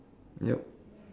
yup